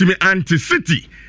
anti-city